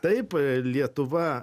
taip lietuva